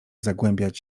zagłębiać